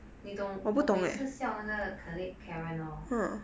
你懂我每次笑那个 colleague karen orh